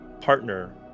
partner